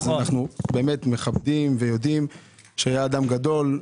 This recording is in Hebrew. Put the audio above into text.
אנחנו באמת מכבדים ויודעים שהוא היה אדם גדול,